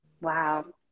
Wow